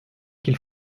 qu’il